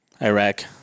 Iraq